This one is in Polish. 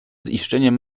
ziszczeniem